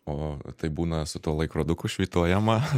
o taip būna su tuo laikroduku švytuojama